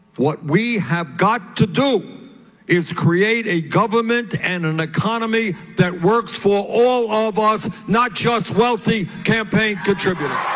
what we have got to do is create a government and an economy that works for all all of us, not just wealthy campaign contributors